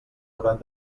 hauran